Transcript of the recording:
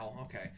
okay